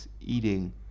eating